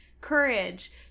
Courage